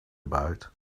about